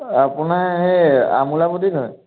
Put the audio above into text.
আপোনাৰ এই আমোলাপটিট হয়